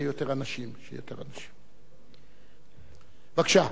בבקשה.